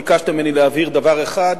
ביקשת ממני להבהיר דבר אחד,